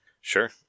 sure